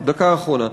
דקה אחרונה.